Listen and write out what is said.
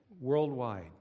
worldwide